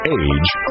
age